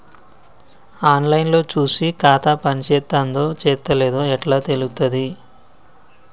On line లో చూసి ఖాతా పనిచేత్తందో చేత్తలేదో ఎట్లా తెలుత్తది?